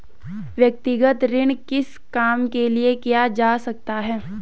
व्यक्तिगत ऋण किस काम के लिए किया जा सकता है?